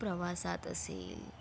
प्रवासात असेल